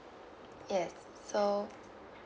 yes so